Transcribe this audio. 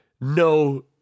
no